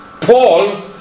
Paul